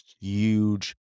huge